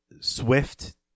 swift